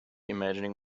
imagining